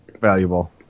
valuable